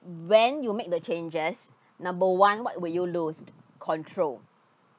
when you make the changes number one what would you lose control